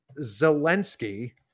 Zelensky